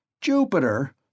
Jupiter